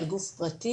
על גוף פרטי,